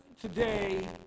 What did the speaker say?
today